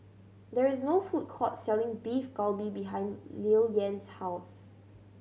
there is no food court selling Beef Galbi behind Lilyan's house